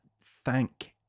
thank